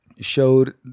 showed